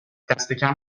دستکم